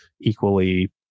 equally